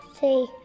see